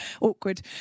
Awkward